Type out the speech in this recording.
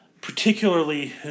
particularly